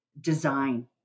design